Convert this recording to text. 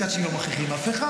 מצד שני, לא מכריחים אף אחד.